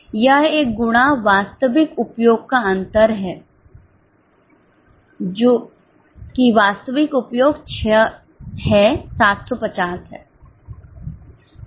यह एक गुणा वास्तविक उपयोग का अंतर है कि वास्तविक उपयोग 6 है 750 है